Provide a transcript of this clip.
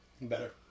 better